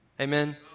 Amen